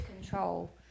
control